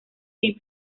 sin